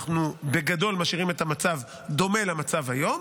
אנחנו בגדול משאירים את המצב דומה למצב היום.